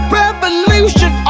revolution